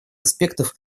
аспектов